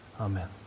amen